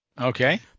Okay